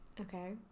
Okay